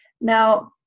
Now